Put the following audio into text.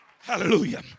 Hallelujah